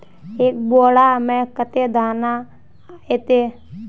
एक बोड़ा में कते दाना ऐते?